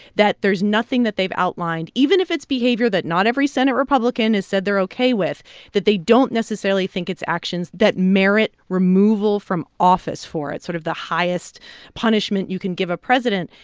that there's nothing that they've outlined even if it's behavior that not every senate republican has said they're ok with that they don't necessarily think it's actions that merit removal from office for it, sort of the highest punishment you can give a president.